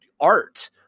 art